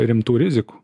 rimtų rizikų